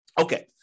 Okay